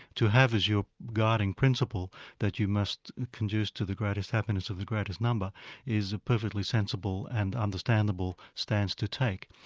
to have as your guiding principle that you must conduce to the greatest happiness of the greatest number is a perfectly sensible and understandable stance to take.